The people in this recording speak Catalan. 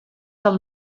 del